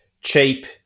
Cheap